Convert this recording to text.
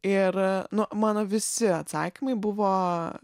ir nu mano visi atsakymai buvo